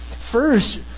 first